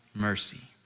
mercy